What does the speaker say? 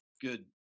good